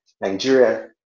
Nigeria